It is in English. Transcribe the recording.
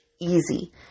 easy